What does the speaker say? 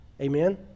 amen